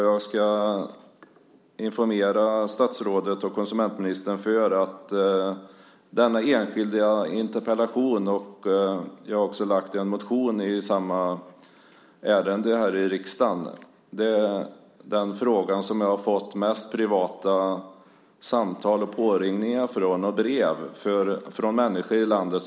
Jag ska informera statsrådet och konsumentministern om att denna interpellation - jag har också väckt en motion i samma ärende här i riksdagen - föranletts av den fråga som jag har fått flest samtal, påringningar och brev om från människor i landet.